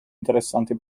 interessanti